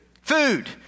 Food